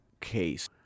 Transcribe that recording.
case